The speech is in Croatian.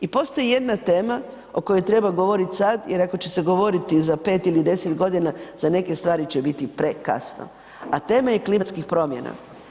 I postoji jedna tema o kojoj treba govoriti sada, jer ako će se govoriti za 5 ili 10 godina za neke stvari će biti prekasno, a tema je klimatskih promjena.